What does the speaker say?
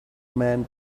man